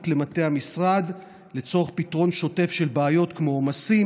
למטה המשרד לצורך פתרון שוטף של בעיות כמו עומסים,